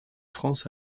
france